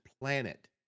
planet